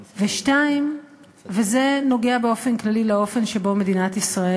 2. וזה נוגע באופן כללי לאופן שבו מדינת ישראל,